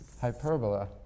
hyperbola